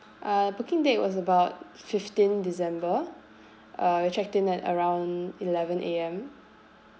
uh booking date was about fifteen december uh I checked in at around eleven A_M